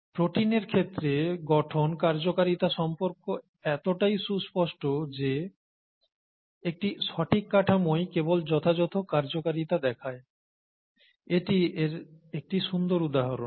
প্রোটিনের ক্ষেত্রে গঠন কার্যকারিতা সম্পর্ক এতটাই সুস্পষ্ট যে একটি সঠিক কাঠামোই কেবল যথাযথ কার্যকারিতা দেখায় এটি এর একটি সুন্দর উদাহরণ